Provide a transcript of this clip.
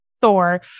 Thor